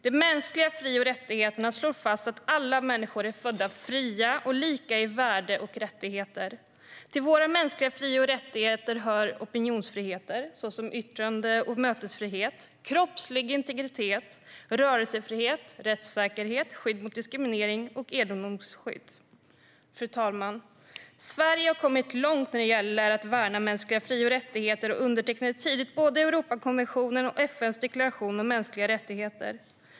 De mänskliga fri och rättigheterna slår fast att alla människor är födda fria och lika i fråga om värde och rättigheter. Till våra mänskliga fri och rättigheter hör opinionsfriheter, såsom yttrande och mötesfrihet, kroppslig integritet, rörelsefrihet, rättssäkerhet, skydd mot diskriminering och egendomsskydd. Fru talman! Sverige har kommit långt när det gäller att värna mänskliga fri och rättigheter och undertecknade tidigt både Europakonventionen och FN:s deklaration om de mänskliga rättigheterna.